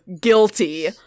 guilty